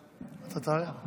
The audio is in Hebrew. חברת הכנסת אימאן ח'טיב,